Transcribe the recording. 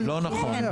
כן, כן.